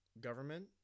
government